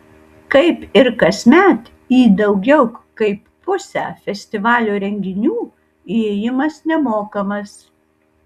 kaip ir kasmet į daugiau kaip pusę festivalio renginių įėjimas nemokamas